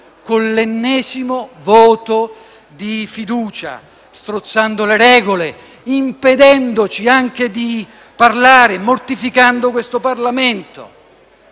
con l'ennesimo voto di fiducia, strozzando le regole e impedendoci anche di parlare, mortificando questo Parlamento.